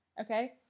Okay